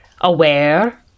aware